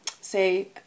say